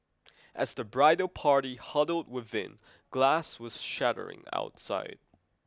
as the bridal party huddled within glass was shattering outside